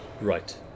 right